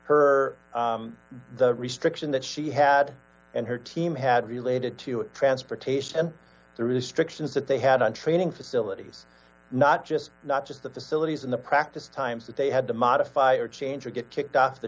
her the restriction that she had and her team had related to transportation and the restrictions that they had on training facilities not just not just the facilities in the practice times that they had to modify or change or get kicked off the